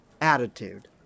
attitude